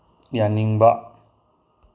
ꯌꯥꯅꯤꯡꯕ